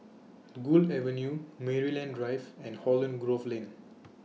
Gul Avenue Maryland Drive and Holland Grove Lane